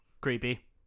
Creepy